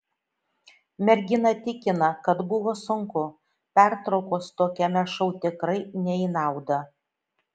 mergina tikina kad buvo sunku pertraukos tokiame šou tikrai ne į naudą